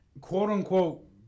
quote-unquote